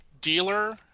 dealer